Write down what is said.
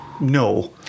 no